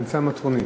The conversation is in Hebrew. גם מטרונית.